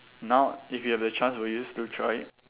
now if you have the chance will you still try it